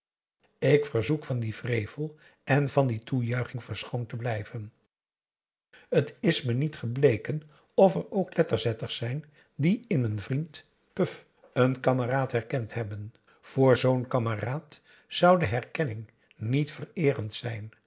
ik verzoek van dien wrevel en van die toejuiching verschoond te blijven t is me niet gebleken of er ook letterzetters zijn die in m'n vriend puf n kameraad herkend hebben voor zoo'n kameraad zou de herkenning niet vereerend zijn